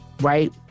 right